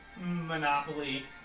monopoly